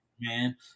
Man